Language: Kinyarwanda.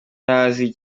ntazi